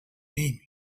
name